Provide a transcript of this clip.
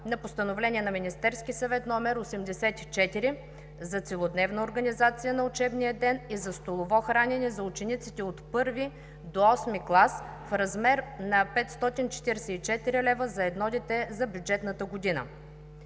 на Постановление № 84 на Министерския съвет за целодневната организация на учебния ден и за столовото хранене за учениците от първи до осми клас в размер на 544 лв. за едно дете за бюджетната година.